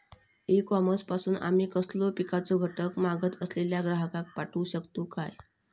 E commerce पासून आमी कसलोय पिकाचो घटक मागत असलेल्या ग्राहकाक पाठउक शकतू काय?